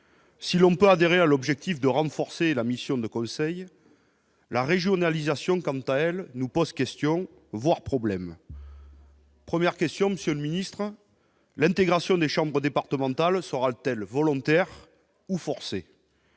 si l'on peut adhérer à l'objectif de renforcer la mission de conseil la régionalisation, quant à elle nous pose question voir problème. Première question, monsieur le ministre, l'intégration des chambres départementales sera-t-elle volontaire ou forcé.